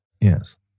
Yes